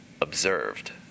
observed